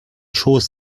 schoß